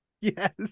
Yes